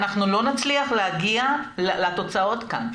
אנחנו לא נצליח להגיע לתוצאות כאן.